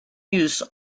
use